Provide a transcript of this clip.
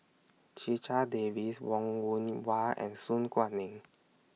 Checha Davies Wong Yoon Wah and Su Guaning